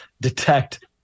detect